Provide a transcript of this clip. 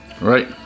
Right